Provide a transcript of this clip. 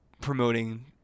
promoting